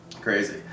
crazy